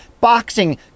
boxing